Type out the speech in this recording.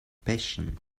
passion